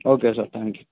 okay sir thank you